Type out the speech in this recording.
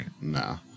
Nah